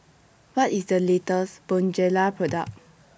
What IS The latest Bonjela Product